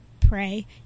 pray